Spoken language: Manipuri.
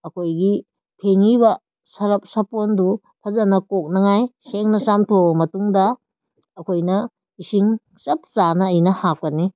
ꯑꯩꯈꯣꯏꯒꯤ ꯐꯦꯡꯉꯤꯕ ꯁꯔꯞ ꯁꯥꯄꯣꯟꯗꯨ ꯐꯖꯅ ꯀꯣꯛꯅꯤꯉꯥꯏ ꯁꯦꯡꯅ ꯆꯥꯝꯊꯣꯛꯑ ꯃꯇꯨꯡꯗ ꯑꯩꯈꯣꯏꯅ ꯏꯁꯤꯡ ꯆꯞ ꯆꯥꯅ ꯑꯩꯅ ꯍꯥꯞꯀꯅꯤ